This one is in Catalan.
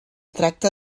tracta